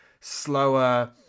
slower